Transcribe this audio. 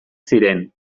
ziren